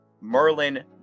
merlin